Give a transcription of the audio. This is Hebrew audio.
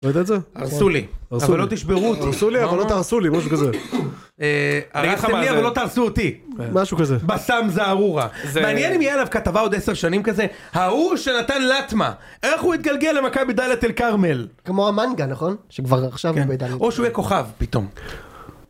לא יודעת זה? הרסו לי. אבל לא תשברו אותי. הרסו לי אבל לא תהרסו לי, משהו כזה. הרסתם לי אבל לא תהרסו אותי. משהו כזה. בסאם זערורה. מעניין אם תהיה עליו כתבה עוד עשר שנים כזה: ההוא שנתן לאטמה. איך הוא יתגלגל למכה בדליית אל כרמל. כמו המנגה נכון? שכבר עכשיו הוא בדליית. או שהוא יהיה כוכב פתאום.